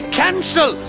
cancel